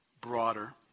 broader